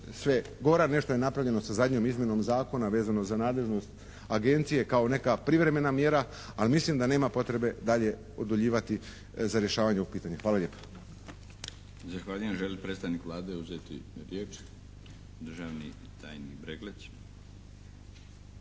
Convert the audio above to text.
sve gora. Nešto je napravljeno sa zadnjom izmjenom zakona vezano za nadležnost agencija kao neka privremena mjera, ali mislim da nema potrebe dalje oduljivati za rješavanje ovog pitanja. Hvala lijepo.